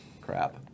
Crap